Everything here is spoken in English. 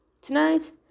tonight